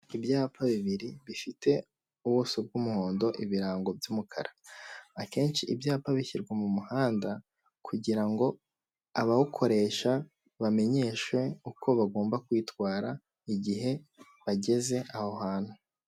Ibyapa bibiri bifite ubuso bw'umuhondo ibirango by'umukara, akenshi ibyapa bishyirwa mu muhanda kugira ngo abawukoresha bamenyeshe uko bagomba kwitwara igihe bageze aho hantu.